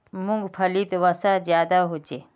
मूंग्फलीत वसा ज्यादा होचे